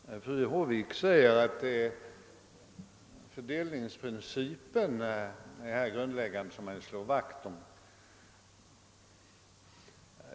Herr talman! Fru Håvik säger att fördelningsprincipen är det grundläggande och det man skall slå vakt om.